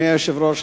אדוני היושב-ראש,